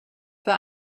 für